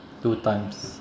two times